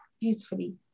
beautifully